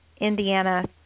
Indiana